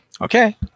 Okay